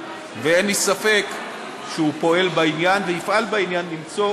ואין לי ספק שהוא פועל בעניין ויפעל בעניין למצוא